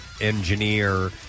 engineer